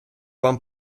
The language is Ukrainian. вам